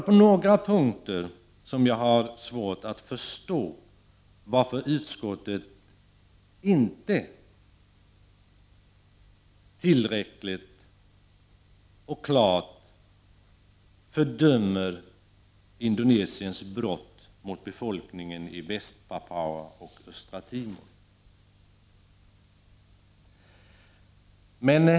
På några punkter har jag svårt att förstå varför utskottet inte tillräckligt och klart fördömer Indonesiens brott mot befolkningen i Väst-Papua och Östra Timor.